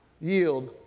yield